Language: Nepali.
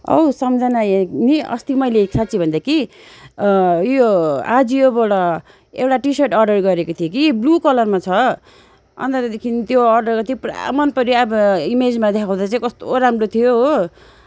औ सम्झना नि अस्ति मैले साँच्ची भन्दा कि उयो आजियोबाट एउटा टिसर्ट अर्डर गरेको थिएँ कि ब्लू कलरमा छ अन्त त्यहाँदेखि त्यो अर्डर गरेको थिएँ पुरा मनपऱ्यो अब इमेजमा देखाउँदा चाहिँ कस्तो राम्रो थियो हो